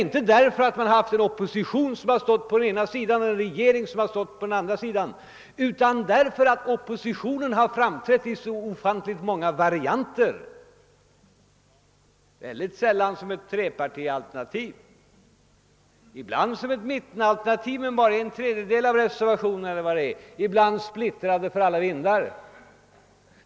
Inte därför att man haft en opposition som stått på den ena sidan och ett regeringsparti som stått på den andra, utan därför att oppositionen framträtt i så ofantligt många varianter. Det har väldigt sällan förelegat ett trepartialternativ. Ibland har det varit ett mittenalternativ — det har kanske gällt en tredjedel av reservationerna eller någonting sådant — och ibland har oppositionen varit skingrad för alla vindar.